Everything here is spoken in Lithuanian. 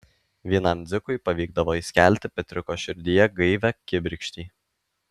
vienam dzikui pavykdavo įskelti petriuko širdyje gaivią kibirkštį